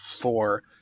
four